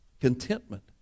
Contentment